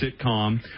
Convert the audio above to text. sitcom